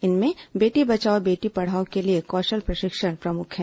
इनमें बेटी बचाओ बेटी पढ़ाओं के लिए कौशल प्रशिक्षण प्रमुख हैं